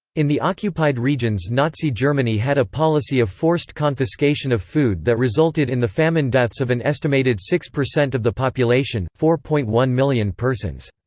in the occupied regions nazi germany had a policy of forced confiscation of food that resulted in the famine deaths of an estimated six percent of the population, four point one million persons.